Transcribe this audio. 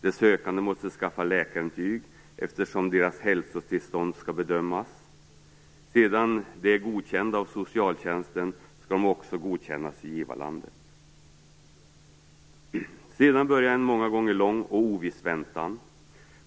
De sökande måste skaffa läkarintyg eftersom deras hälsotillstånd skall bedömas. Sedan de är godkända av socialtjänsten skall de också godkännas i givarlandet. Sedan börjar en många gånger lång och oviss väntan.